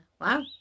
Wow